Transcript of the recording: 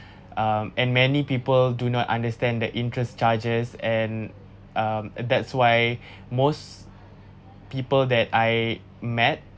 um and many people do not understand the interest charges and um and that's why most people that I met